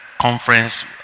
conference